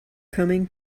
coming